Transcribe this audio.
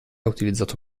utilizzato